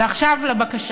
ועכשיו, לבקשה: